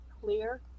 clear